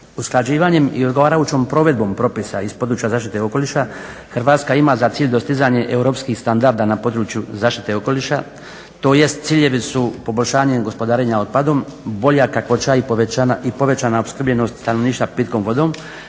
Usklađivanjem i odgovarajućom provedbom propisa iz područja zaštite okoliša Hrvatska ima za cilj dostizanje europskih standarda na području zaštite okoliša tj. ciljevi su poboljšanje gospodarenja otpadom, bolja kakvoća i povećana opskrbljenost stanovništva pitkom vodom